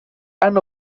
han